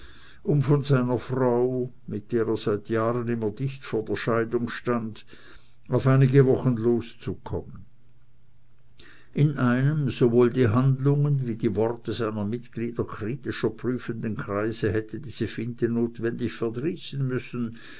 um von seiner frau mit der er seit jahren immer dicht vor der scheidung stand auf einige wochen loszukommen in einem sowohl die handlungen wie die worte seiner mitglieder kritischer prüfenden kreise hätte diese finte notwendig verdrießen müssen